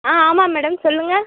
ஆ ஆமாம் மேடம் சொல்லுங்கள்